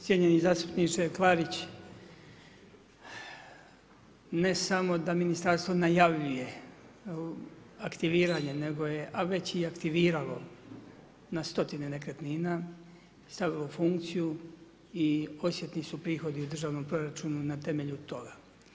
Cjenjeni zastupniče Klarić, ne samo da ministarstvo najavljuje aktiviranje nego je već i aktiviralo na stotine nekretnina, stavilo u funkciju i osjetni su prohodi u državnom proračunu na temelju toga.